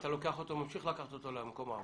היית ממשיך לקחת אותו למקום העבודה.